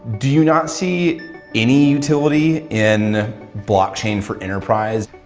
do you not see any utility in blockchain for enterprise?